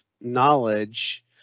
knowledge